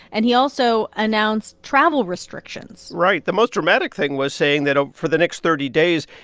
and he also announced travel restrictions right. the most dramatic thing was saying that for the next thirty days,